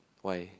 why